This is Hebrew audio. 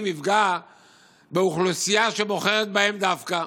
יפגע באוכלוסייה שבוחרת בהם דווקא.